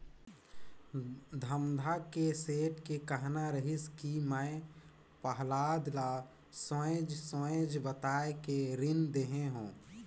धमधा के सेठ के कहना रहिस कि मैं पहलाद ल सोएझ सोएझ बताये के रीन देहे हो